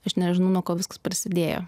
aš nežinau nuo ko viskas prasidėjo